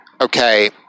okay